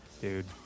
Dude